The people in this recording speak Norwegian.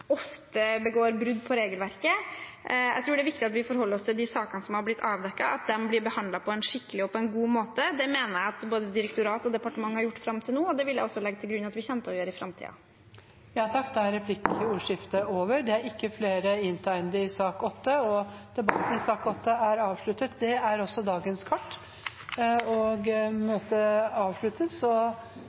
ofte begår brudd på regelverket. Jeg tror det er viktig at vi forholder oss til de sakene som har blitt avdekket – at de blir behandlet på en skikkelig og god måte. Det mener jeg både direktorat og departement har gjort fram til nå, og det vil jeg også legge til grunn at vi kommer til å gjøre i framtiden. Replikkordskiftet er omme. Flere har ikke bedt om ordet til sak nr. 8. Dermed er dagens kart